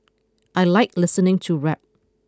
I like listening to rap